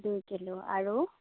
দুই কিলো আৰু